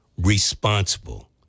responsible